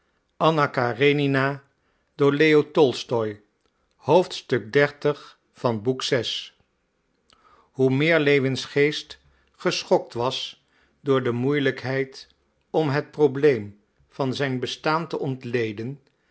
xxx hoe meer lewins geest geschokt was door de moeielijkheid om het probleem van zijn bestaan te ontleden